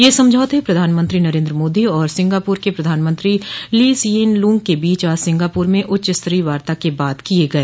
ये समझौते प्रधानमंत्री नरेन्द्र मोदी और सिंगापुर के प्रधानमंत्री ली सियेन लूंग के बीच आज सिंगापूर में उच्चस्तरीय वार्ता के बाद किए गए